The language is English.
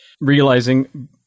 realizing